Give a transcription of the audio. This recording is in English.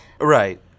Right